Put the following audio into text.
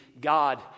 God